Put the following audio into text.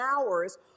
hours